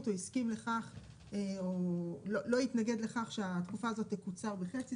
הוא הסכים לכך או לא התנגד לכך שהתקופה הזו תקוצר בחצי,